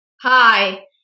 Hi